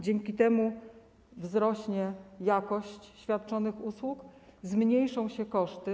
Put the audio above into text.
Dzięki temu wzrośnie jakość świadczonych usług, zmniejszą się koszty.